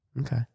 Okay